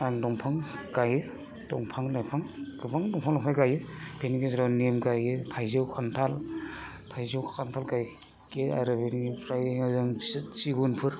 आं दंफां गायो दंफां लाइफां गोबां दंफां लांफां गायो बेनि गेजेराव निम गायो थाइजौ खान्थाल थाइजौ खान्थाल गायो आरो बिनिफ्राय ओजों सिगुनफोर